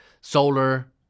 solar